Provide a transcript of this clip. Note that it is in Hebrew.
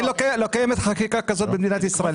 לא קיימת חקיקה כזאת במדינת ישראל,